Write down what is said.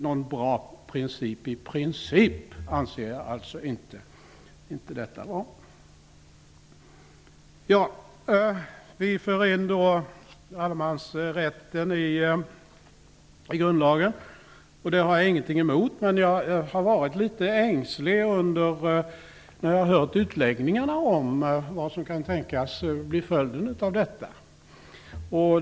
Jag anser principiellt inte att detta är någon bra metod. Vi för in allemansrätten i grundlagen, och det har jag ingenting emot, men jag har varit litet änslig när jag har hört utläggningarna om vad som kan tänkas bli följden av detta.